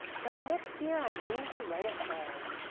but next year i mean to write a song.